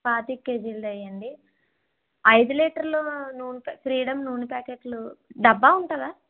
పాతిక కేజీలది వెయ్యండి ఐదు లీటర్లు నూనె ప్యాక్ ఫ్రీడం నూనె ప్యాకెట్లు డబ్బా ఉంటుందా